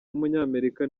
w’umunyamerika